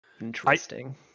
Interesting